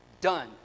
Done